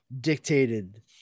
dictated